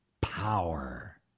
power